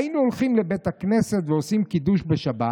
'היינו הולכים לבית הכנסת ועושים קידוש בשבת,